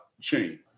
chain